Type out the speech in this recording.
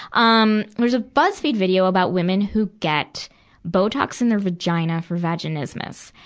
um there's a buzzfeed video about women who get botox in their vagina for vaginismus.